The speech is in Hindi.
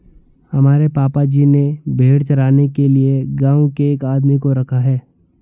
हमारे पापा जी ने भेड़ चराने के लिए गांव के एक आदमी को रखा है